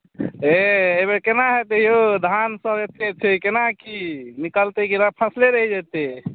हे एहिबेर केना हेतै यौ धानसभ एतेक छै केनाकी निकलतै कि फँसले रहि जेतै